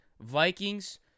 Vikings